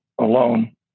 alone